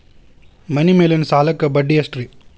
ಮನಿ ಮೇಲಿನ ಸಾಲಕ್ಕ ಬಡ್ಡಿ ಎಷ್ಟ್ರಿ?